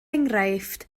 enghraifft